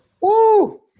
Woo